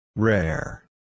Rare